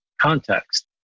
context